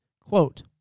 Quote